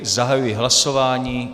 Zahajuji hlasování.